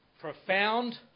profound